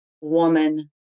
woman